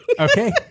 Okay